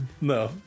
No